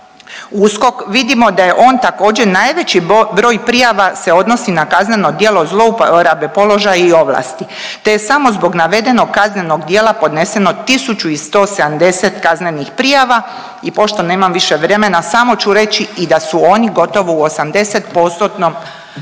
USKOK, vidimo da je on također najveći broj prijava se odnosi na kazneno djelo zlouporabe položaja i ovlasti, te je samo zbog navedenog kaznenog djela podneseno 1170 kaznenih prijava i pošto nemam više vremena samo ću reći i da su oni gotovo u 80%-tnom